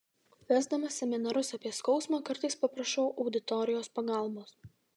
vesdamas seminarus apie skausmą kartais paprašau auditorijos pagalbos